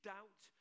Doubt